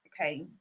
Okay